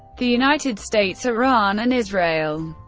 the united states, iran and israel.